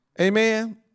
Amen